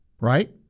right